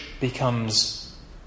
becomes